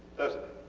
doesnt it?